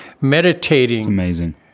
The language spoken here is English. meditating